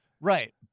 right